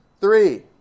Three